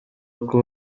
uko